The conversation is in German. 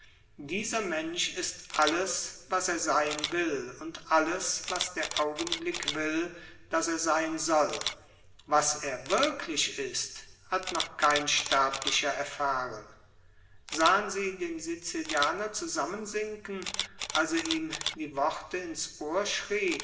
dieser mensch ist alles was er sein will und alles was der augenblick will daß er sein soll was er wirklich ist hat noch kein sterblicher erfahren sahen sie den sizilianer zusammensinken als er ihm die worte ins ohr